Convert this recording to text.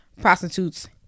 Prostitutes